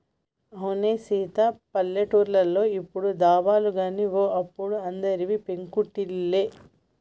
అవునే సీత పల్లెటూర్లో ఇప్పుడు దాబాలు గాని ఓ అప్పుడు అందరివి పెంకుటిల్లే